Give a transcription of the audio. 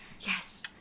Yes